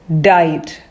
died